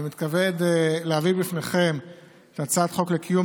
אני מתכבד להביא בפניכם את הצעת חוק קיום